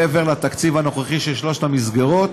מעבר לתקציב הנוכחי של שלוש המסגרות,